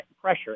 pressure